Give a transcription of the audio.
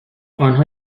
آنها